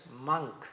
monk